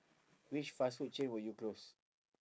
which fast food chain will you close